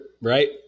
right